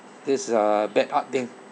this uh bad art thing